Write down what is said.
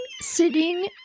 Sitting